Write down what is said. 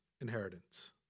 inheritance